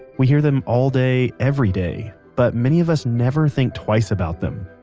we hear them all day, everyday but many of us never think twice about them.